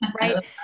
right